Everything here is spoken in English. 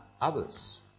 others